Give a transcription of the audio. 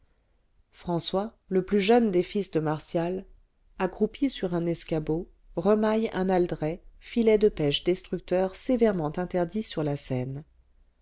françois le plus jeune des fils de martial accroupi sur un escabeau remaille un aldret filet de pêche destructeur sévèrement interdit sur la seine